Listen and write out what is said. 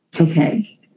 Okay